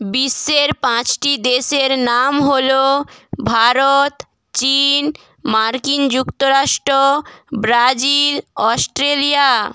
বিশ্বের পাঁচটি দেশের নাম হলো ভারত চীন মার্কিন যুক্তরাষ্ট্র ব্রাজিল অস্ট্রেলিয়া